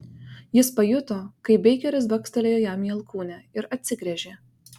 jis pajuto kaip beikeris bakstelėjo jam į alkūnę ir atsigręžė